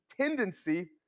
tendency